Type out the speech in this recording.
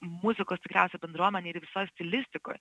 muzikos tikriausia bendruomenėj ir visoj stilistikoj